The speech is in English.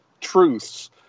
truths